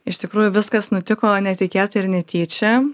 iš tikrųjų viskas nutiko netikėtai ir netyčia